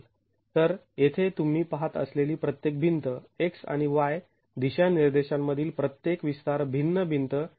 तर येथे तुम्ही पहात असलेली प्रत्येक भिंत x आणि y दिशानिर्देशामधील प्रत्येक विस्तार भिन्न भिंत आहे